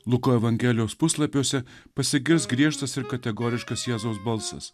luko evangelijos puslapiuose pasigirs griežtas ir kategoriškas jėzaus balsas